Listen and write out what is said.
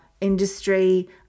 industry